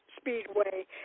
Speedway